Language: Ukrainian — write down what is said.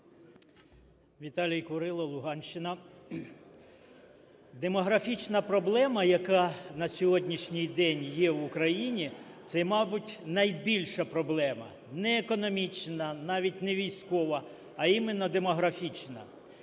Віталій Курило, Луганщина. Демографічна проблема, яка на сьогоднішній день є в Україні, – це, мабуть, найбільша проблема. Не економічна, навіть не військова, а іменно демографічна,